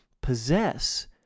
possess